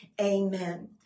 amen